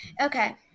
Okay